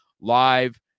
Live